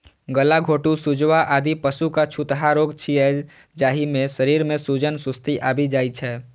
गलाघोटूं, सुजवा, आदि पशुक छूतहा रोग छियै, जाहि मे शरीर मे सूजन, सुस्ती आबि जाइ छै